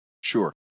Sure